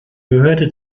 gehörte